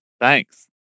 Thanks